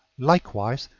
likewise,